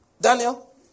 Daniel